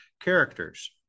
characters